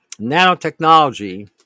nanotechnology